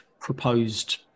proposed